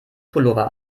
pullover